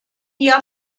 jahr